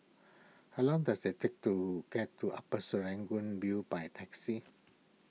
how long does it take to get to Upper Serangoon View by taxi